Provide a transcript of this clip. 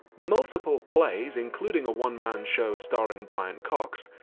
multiple plays, including a one-man show starring brian cox,